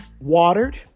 watered